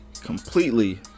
completely